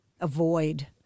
avoid